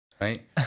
Right